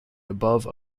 above